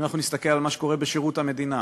אם אנחנו נסתכל על מה שקורה בשירות המדינה,